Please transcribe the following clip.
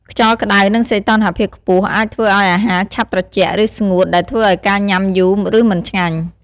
ខ្យល់ក្តៅ និងសីតុណ្ហភាពខ្ពស់អាចធ្វើឱ្យអាហារឆាប់ត្រជាក់ ឬស្ងួត ដែលធ្វើឱ្យការញ៉ាំយូរ ឬមិនឆ្ងាញ់។